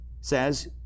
says